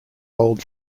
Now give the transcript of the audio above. old